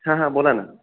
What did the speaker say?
हां हां बोला ना